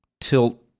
tilt